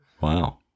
Wow